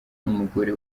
n’umugore